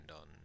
on